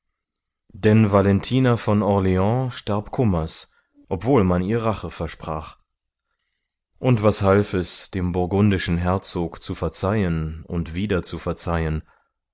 denn valentina von orlans starb kummers obwohl man ihr rache versprach und was half es dem burgundischen herzog zu verzeihen und wieder zu verzeihen